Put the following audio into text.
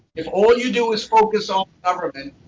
if all you do is focus on government,